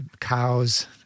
cows